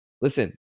Listen